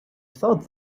thought